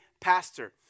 pastor